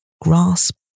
grasp